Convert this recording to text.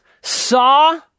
saw